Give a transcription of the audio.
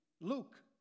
Luke